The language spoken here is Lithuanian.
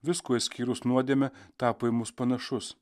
viskuo išskyrus nuodėmę tapo į mus panašus